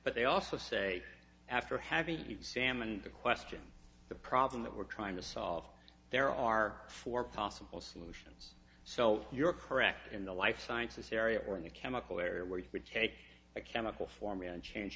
but they also say after having examined the question the problem that we're trying to solve there are four possible solutions so you're correct in the life sciences area or in the chemical area where you would take a chemical formula and change